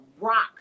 rock